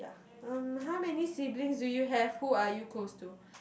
um how many siblings do you have who are you close to